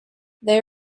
they